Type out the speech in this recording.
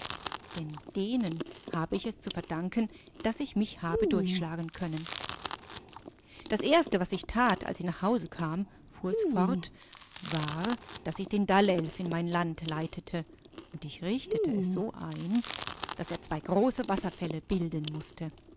denn denen habe ich es zu verdanken daß ich mich habedurchschlagenkönnen daserste wasichtat alsichnachhausekam fuhresfort war daßichden dalelf in mein land leitete und ich richtete es so ein daß er zwei große wasserfälle bilden mußte